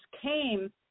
came